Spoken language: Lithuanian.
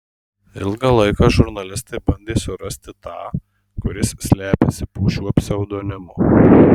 ilgą laiką žurnalistai bandė surasti tą kuris slepiasi po šiuo pseudonimu